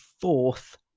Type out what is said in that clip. fourth